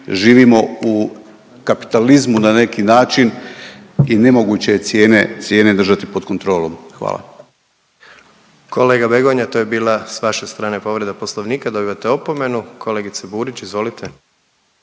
živimo u kapitalizmu na neki način i nemoguće je cijene, cijene držati pod kontrolom. Hvala. **Jandroković, Gordan (HDZ)** Kolega Begonja to je bila s vaše strane povreda Poslovnika, dobivate opomenu. Kolegice Burić izvolite.